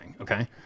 okay